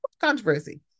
Controversy